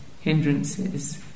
hindrances